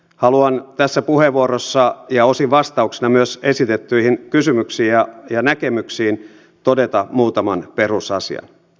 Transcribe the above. haluan tässä puheenvuorossa ja osin myös vastauksena esitettyihin kysymyksiin ja näkemyksiin todeta muutaman perusasian